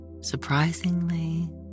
surprisingly